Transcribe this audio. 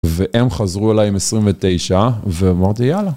והם חזרו אליי עם 29, ואמרתי יאללה.